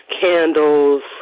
candles